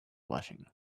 washing